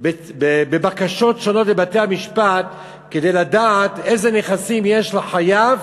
בבקשות שונות בבתי-המשפט כדי לדעת איזה נכסים יש לחייב